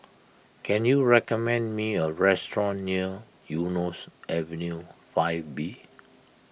can you recommend me a restaurant near Eunos Avenue five B